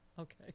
Okay